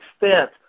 extent